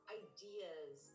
ideas